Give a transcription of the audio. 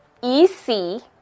EC